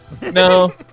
No